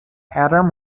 adam